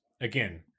again